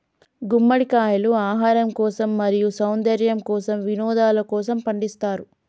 గుమ్మడికాయలు ఆహారం కోసం, మరియు సౌందర్యము కోసం, వినోదలకోసము పండిస్తారు